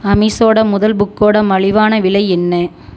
அமிஷோட முதல் புக்கோட மலிவான விலை என்ன